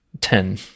ten